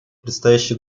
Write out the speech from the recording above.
предстоящий